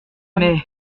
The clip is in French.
mais